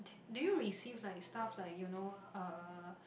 d~ do you receive like stuff like you know uh